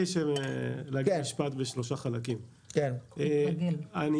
ישבנו ביחד עם